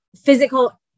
physical